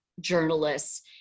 journalists